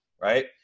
right